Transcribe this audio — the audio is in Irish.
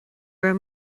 raibh